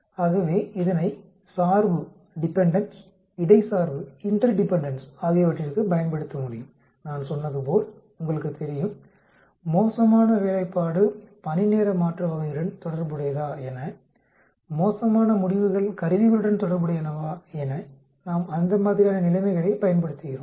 எனவே இதனை சார்பு இடை சார்பு ஆகியவற்றிற்குப் பயன்படுத்தமுடியும் நான் சொன்னதுபோல் உங்களுக்குத் தெரியும் மோசமான வேலைப்பாடு பணிநேர மாற்ற வகையுடன் தொடர்புடையதா என மோசமான முடிவுகள் கருவிகளுடன் தொடர்புடையனவா என நாம் அந்த மாதிரியான நிலைமைகளைப் பயன்படுத்துகிறோம்